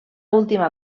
última